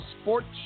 sports